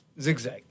zigzag